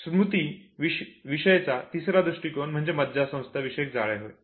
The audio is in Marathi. स्मृती विषयीचा तिसरा दृष्टिकोन म्हणजे मज्जा संस्था विषयक जाळे होय